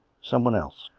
someone else.